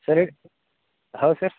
sir ಹೇಗ್ ಹೌದು sir